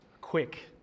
quick